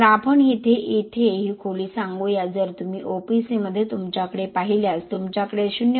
तर आपण येथे ही खोली सांगू या जर तुम्ही OPC मध्ये तुमच्याकडे पाहिल्यास तुमच्याकडे 0